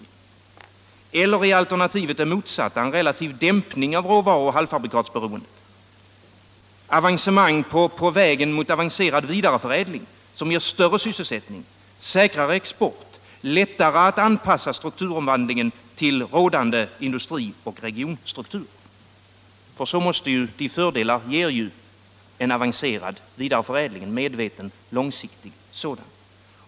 Eller är alternativet det motsatta: en relativ dämpning av råvaruoch halvfabrikatsberoendet på vägen mot en avancerad vidareförädling, som ger större sysselsättning, säkrare export, lättare anpassning av strukturomvandlingen till rådande industrioch regionstruktur? — För de fördelarna ger ju en avancerad vidareförädling och en medveten och långsiktig sådan.